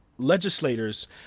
Legislators